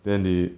then they